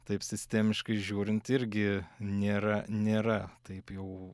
taip sistemiškai žiūrint irgi nėra nėra taip jau